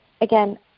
again